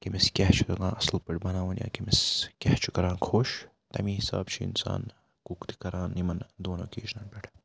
کٔمِس کیاہ چھُ تَگان اَصٕل پٲٹھۍ بَناوُن یا کٔمِس کیاہ چھُ کَران خۄش تَمی حِساب چھُ اِنسان کُک تہِ کَران یِمَن دۄن اوکیجنَن پٮ۪ٹھ